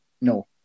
No